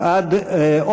עד מתי מותר להם לשבת?